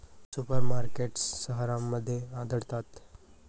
super markets शहरांमध्ये आढळतात